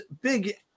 big